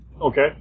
Okay